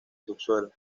subsuelo